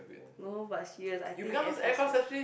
no but serious I think Air Force bet~